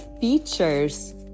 features